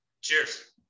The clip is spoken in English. Cheers